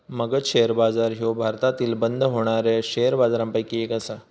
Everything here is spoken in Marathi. मगध शेअर बाजार ह्यो भारतातील बंद होणाऱ्या शेअर बाजारपैकी एक आसा